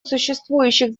существующих